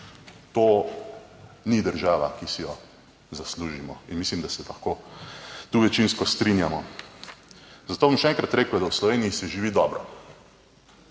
To ni država, ki si jo zaslužimo. In mislim, da se lahko tu večinsko strinjamo. Zato bom še enkrat rekel, da v Sloveniji se živi dobro.